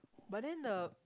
but then the